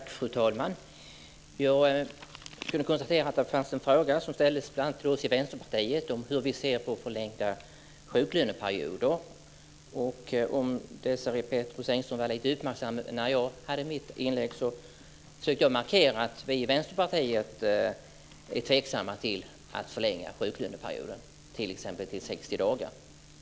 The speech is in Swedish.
Fru talman! Jag kunde konstatera att det ställdes en fråga till oss i Vänsterpartiet om hur vi ser på en förlängd sjuklöneperiod. Om Desirée Pethrus Engström hade varit lite uppmärksam när jag gjorde mitt inlägg hade hon hört att jag försökte markera att vi i Vänsterpartiet är tveksamma till att förlänga sjuklöneperioden till exempelvis 60 dagar.